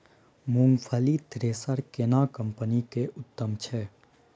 मूंगफली थ्रेसर केना कम्पनी के उत्तम छै?